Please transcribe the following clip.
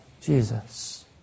Jesus